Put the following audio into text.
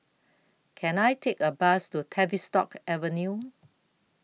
Can I Take A Bus to Tavistock Avenue